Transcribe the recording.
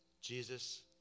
Jesus